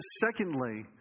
secondly